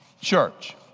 church